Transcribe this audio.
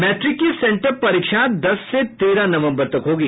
matric की sent up परीक्षा दस से तेरह नवम्बर तक होगी